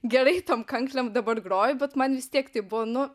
gerai tom kanklėm dabar groju bet man vis tiek tai buvo nu